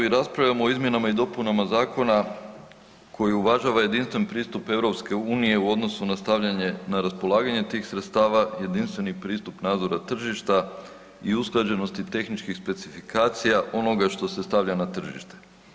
raspravljamo o izmjenama i dopunama zakona koji uvažava jedinstven pristup EU u odnosu na stavljanje na raspolaganje tih sredstava, jedinstveni pristup nadzora tržišta i usklađenosti tehničkih specifikacija onoga što se stavlja na tržište.